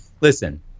Listen